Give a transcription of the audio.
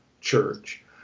church